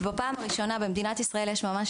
ובפעם הראשונה במדינת ישראל יש ממש